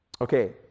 Okay